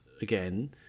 again